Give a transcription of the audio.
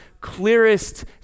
clearest